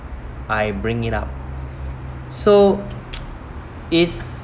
I bring it up so this